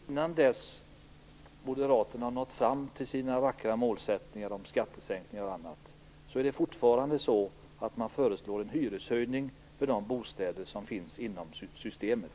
Fru talman! Innan Moderaterna har nått fram till sina vackra målsättningar med skattesänkningar och annat är det fortfarande så att man föreslår en hyreshöjning för de bostäder som finns inom systemet.